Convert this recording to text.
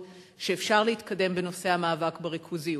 היא שאפשר להתקדם בנושא המאבק בריכוזיות.